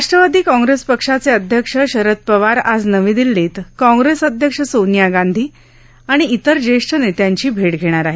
राष्ट्रवादी काँग्रेस पक्षाचे अध्यक्ष शरद पवार आज नवी दिल्लीत काँग्रेस अध्यक्ष सोनिया गांधी आणि इतर ज्येष्ठ नेत्यांची भेट घेणार आहेत